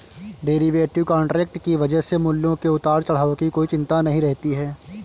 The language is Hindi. डेरीवेटिव कॉन्ट्रैक्ट की वजह से मूल्यों के उतार चढ़ाव की कोई चिंता नहीं रहती है